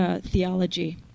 theology